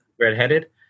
Redheaded